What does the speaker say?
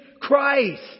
Christ